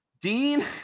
dean